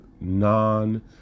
non